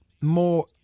more